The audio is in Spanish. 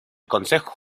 concejo